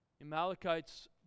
Amalekites